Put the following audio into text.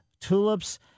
tulips